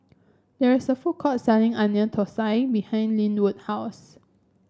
there is a food court selling Onion Thosai behind Lynwood house